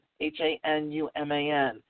H-A-N-U-M-A-N